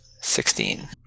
Sixteen